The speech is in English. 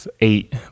eight